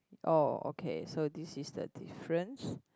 oh okay so this is the difference